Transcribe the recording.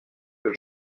que